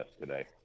today